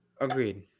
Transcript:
agreed